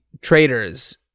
traders